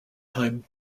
time